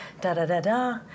da-da-da-da